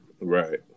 Right